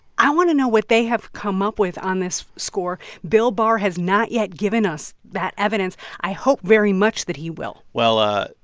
i want to know what they have come up with on this score. bill barr has not yet given us that evidence. i hope very much that he will well,